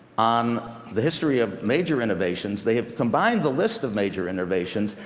on the history of major innovations. they have combined the list of major innovations,